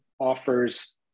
Offers